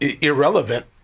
irrelevant